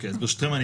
ברשותכם,